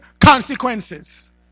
consequences